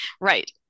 Right